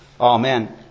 Amen